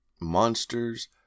monsters